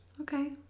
Okay